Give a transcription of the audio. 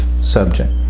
subject